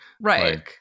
Right